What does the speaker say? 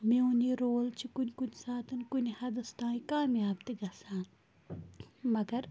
میون یہِ رول چھُ کُنہِ کُنہِ ساتَن کُنہِ حَدَس تام کامیاب تہِ گژھان مگر